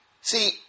See